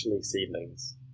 seedlings